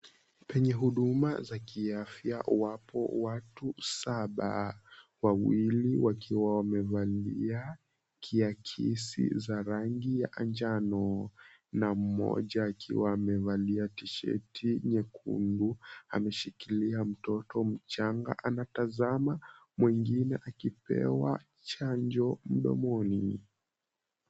Penye huduma za kiafya watu saba. Wawili wakiwa wamevalia kiakisi za rangi ya kanjano. Na mmoja akiwa amevalia tisheti nyekundu, ameshikilia mtoto mchanga. Anatazama mwingine akipewa chanjo mdomoni.